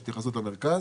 יש התייחסות למרכז.